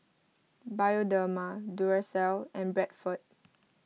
Bioderma Duracell and Bradford